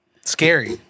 Scary